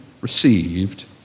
received